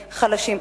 חלשים.